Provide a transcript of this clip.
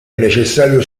necessario